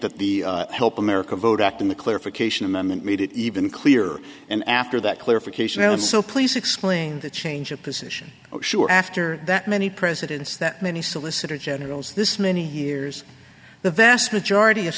that the help america vote act in the clarification amendment made it even clearer and after that clarification and so please explain the change of position sure after that many presidents that many solicitor generals this many years the vast majority of